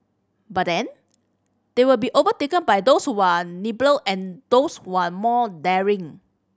but then they will be overtaken by those who are nimbler and those who are more daring